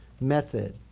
method